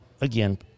again